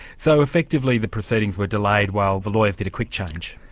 so effectively, the proceedings were delayed while the lawyers did a quick change?